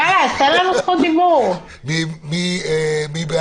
רוויזיה על הסתייגות מס' 12. מי בעד?